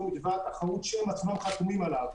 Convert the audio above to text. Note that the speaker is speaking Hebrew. מתווה התחרות שהם עצמם חתומים עליו,